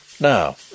Now